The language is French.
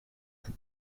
vous